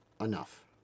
enough